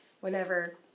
whenever